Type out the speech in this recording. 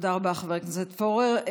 תודה רבה, חבר הכנסת פורר.